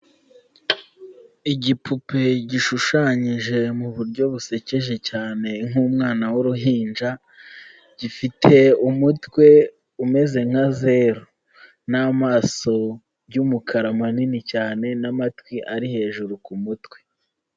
Igipupe gishushanyije muburyo busekeje cyane nk'umwana w'uruhinja, gifite umutwe umeze nka zeru n'amaso y'umukara manini cyane n'amatwi ari hejuru ku mutwe.